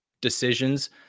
decisions